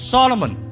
Solomon